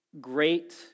Great